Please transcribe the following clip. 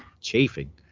chafing